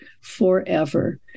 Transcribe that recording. forever